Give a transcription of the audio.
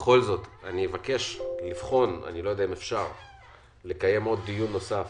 אבל אני בכל זאת אבקש לבחון לקיים דיון נוסף